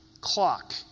clock